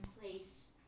place